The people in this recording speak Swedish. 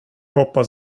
hoppas